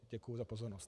Děkuji za pozornost.